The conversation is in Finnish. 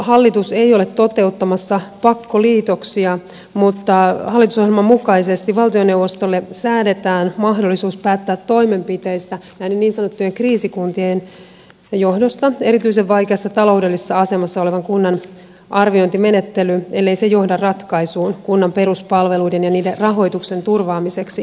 hallitus ei ole toteuttamassa pakkoliitoksia mutta hallitusohjelman mukaisesti valtioneuvostolle säädetään mahdollisuus päättää toimenpiteistä näiden niin sanottujen kriisikuntien johdosta ellei erityisen vaikeassa taloudellisessa asemassa olevan kunnan arviointimenettely johda ratkaisuun kunnan peruspalveluiden ja niiden rahoituksen turvaamiseksi